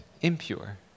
impure